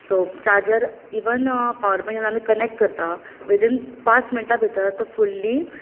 so charger even power bank आमी connect करता within पांच मिनटां भितर तो फुल्ली